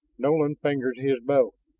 nolan fingered his bow.